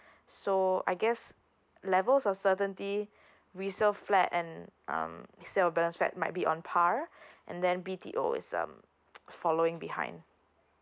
so I guess levels of certainty resale flat and um sale of balance flat might be on par and then B_T_O is um following behind